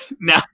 Now